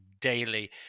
daily